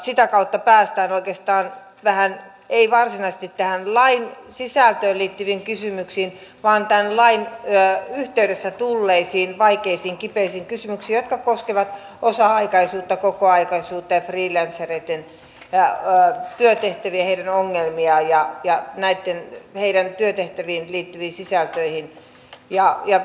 sitä kautta päästään oikeastaan ei varsinaisesti tähän lain sisältöön liittyviin kysymyksiin vaan tämän lain yhteydessä tulleisiin vaikeisiin kipeisiin kysymyksiin jotka koskevat osa aikaisuutta kokoaikaisuutta ja freelancereitten työtehtäviä ja heidän ongelmiaan ja heidän työtehtäviinsä liittyviä sisältöjä